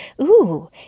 Ooh